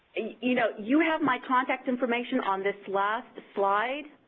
you know you have my contact information on this last slide,